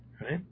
right